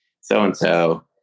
so-and-so